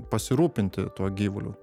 pasirūpinti tuo gyvuliu